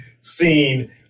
scene